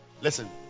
listen